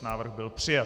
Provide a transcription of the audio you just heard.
Návrh byl přijat.